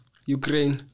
Ukraine